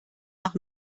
nach